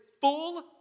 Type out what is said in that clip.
full